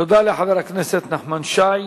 תודה לחבר הכנסת נחמן שי.